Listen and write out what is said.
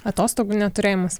atostogų neturėjimas